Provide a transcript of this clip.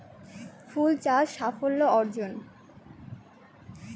ফুল চাষ সাফল্য অর্জন?